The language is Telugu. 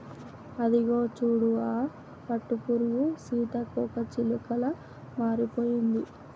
అదిగో చూడు ఆ పట్టుపురుగు సీతాకోకచిలుకలా మారిపోతుంది